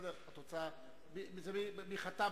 מי חתם?